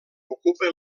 ocupa